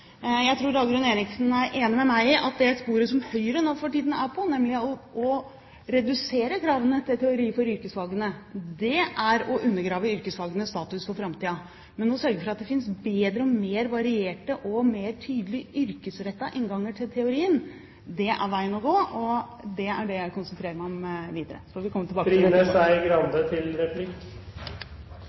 Jeg tror Dagrun Eriksen er enig med meg i at det sporet som Høyre er på for tiden, nemlig å redusere kravene til teori når det gjelder yrkesfagene, er å undergrave yrkesfagenes status i framtiden. Å sørge for at det finnes bedre, mer varierte og tydeligere yrkesrettede innganger til teorien, er veien å gå. Det er det jeg konsentrerer meg om videre. Vi får komme tilbake til